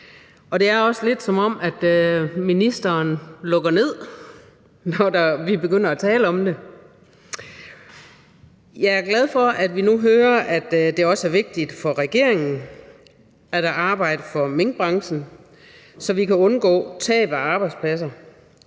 Og det er også lidt, som om ministeren lukker ned, når vi begynder at tale om det. Jeg er glad for, at vi nu hører, at det også er vigtigt for regeringen, og at der arbejdes for minkbranchen, så vi kan undgå tab af arbejdspladser,